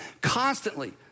constantly